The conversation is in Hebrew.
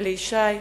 אלי ישי,